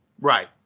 Right